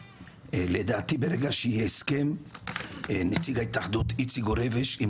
לדעתי ברגע שיהיה הסכם נציג ההתאחדות איציק גורביץ' עם